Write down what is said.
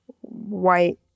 white